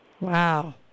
Wow